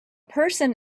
person